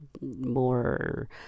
more